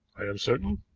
i am certain.